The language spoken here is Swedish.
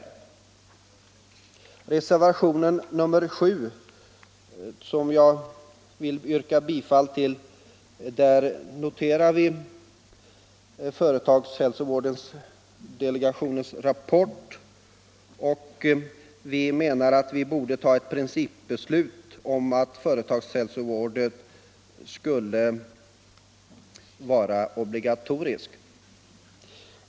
I reservationen 7, som jag vill yrka bifall till, refererar vi till företagshälsovårdsdelegationens rapport. Vi menar att riksdagen borde fatta ett principbeslut om att företagshälsovård skulle vara obligatorisk.